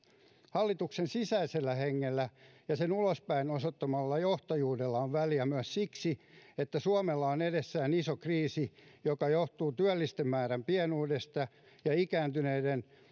hallituksen sisäisellä hengellä ja sen ulospäin osoittamalla johtajuudella on väliä myös siksi että suomella on edessään iso kriisi joka johtuu työllisten määrän pienuudesta ja ikääntyneiden